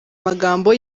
magambo